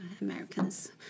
Americans